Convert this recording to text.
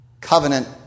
Covenant